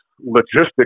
logistics